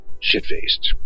shit-faced